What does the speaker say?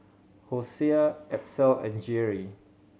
Hosea Edsel and Geary